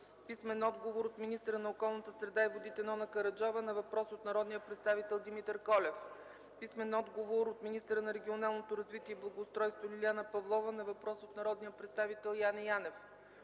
Найденов; - от министъра на околната среда и водите Нона Караджова на въпрос от народния представител Димитър Колев; - от министъра на регионалното развитие и благоустройството Лиляна Павлова на въпрос от народния представител Яне Янев;